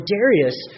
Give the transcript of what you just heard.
Darius